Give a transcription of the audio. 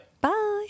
Bye